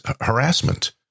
harassment